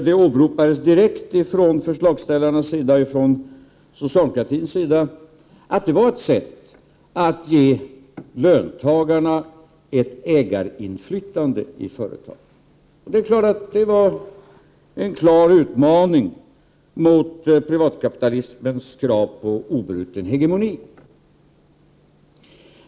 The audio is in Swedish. Det åberopades direkt från förslagsställarnas sida, från socialdemokratins sida, att detta var ett sätt att ge löntagarna ett ägarinflytande i företagen. Det är klart att det var en utmaning mot privatkapitalismens krav på obruten hegemoni.